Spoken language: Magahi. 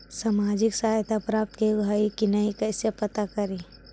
सामाजिक सहायता प्राप्त के योग्य हई कि नहीं कैसे पता करी?